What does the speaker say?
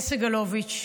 אין סגלוביץ',